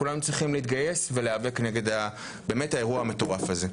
כולנו צריכים להתגייס ולהיאבק באמת נגד האירוע המטורף הזה,